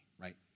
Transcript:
right